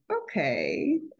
okay